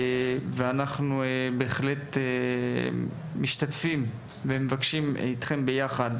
ואנחנו בהחלט משתתפים ומבקשים איתכם ביחד